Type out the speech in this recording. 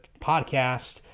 podcast